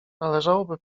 należałoby